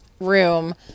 room